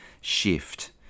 shift